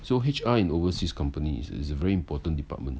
so H_R in overseas company is a is a very important department